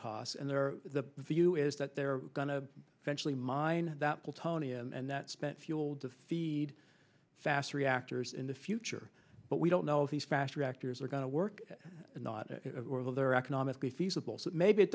costs and they're the view is that they're going to eventually mine that plutonium and that spent fuel defeat fast reactors in the future but we don't know if these fast reactors are going to work and not there economically feasible so maybe it